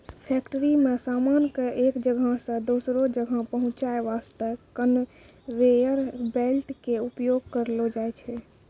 factory मॅ सामान कॅ एक जगह सॅ दोसरो जगह पहुंचाय वास्तॅ कनवेयर बेल्ट के उपयोग करलो जाय छै